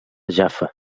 jaffa